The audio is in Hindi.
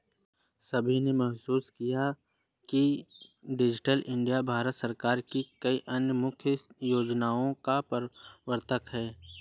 सभी ने महसूस किया है कि डिजिटल इंडिया भारत सरकार की कई अन्य प्रमुख योजनाओं का प्रवर्तक है